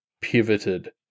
pivoted